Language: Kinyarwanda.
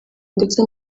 ndetse